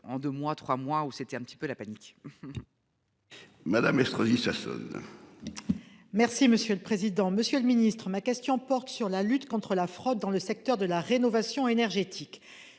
En 2 mois 3 mois où c'était un peu la panique. Madame Estrosi Sassone. Merci monsieur le président, Monsieur le ministre, ma question porte sur la lutte contre la fraude dans le secteur de la rénovation énergétique.